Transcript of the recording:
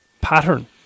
Pattern